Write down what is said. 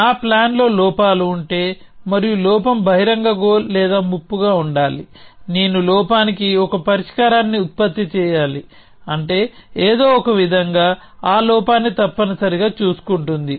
నా ప్లాన్ లో లోపాలు ఉంటే మరియు లోపం బహిరంగ గోల్ లేదా ముప్పుగా ఉండాలి నేను లోపానికి ఒక పరిష్కారాన్ని ఉత్పత్తి చేయాలి అంటే ఏదో ఒక విధంగా ఆ లోపాన్ని తప్పనిసరిగా చూసుకుంటుంది